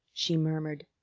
she murmured.